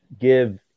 give